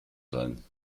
sein